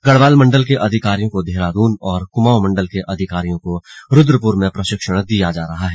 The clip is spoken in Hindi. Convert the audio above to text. गढ़वाल मण्डल के अधिकारियों को देहरादून और कुमाऊं मण्डल के अधिकारियों को रुद्रपुर में प्रशिक्षण दिया जा रहा है